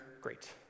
great